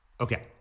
Okay